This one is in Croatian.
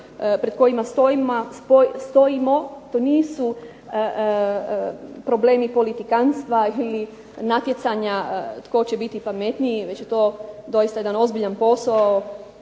pred kojima stojimo, to nisu problemi politikantstva ili natjecanja tko će biti pametniji već je to doista jedan posao